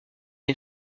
une